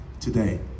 today